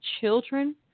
children